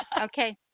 Okay